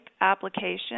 application